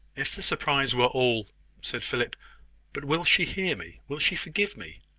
if the surprise were all said philip but will she hear me? will she forgive me?